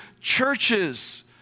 churches